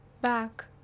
back